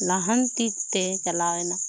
ᱞᱟᱦᱟᱱᱛᱤ ᱛᱮ ᱪᱟᱞᱟᱣ ᱮᱱᱟ